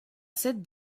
cette